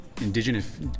indigenous